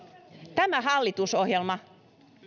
tämä hallitusohjelma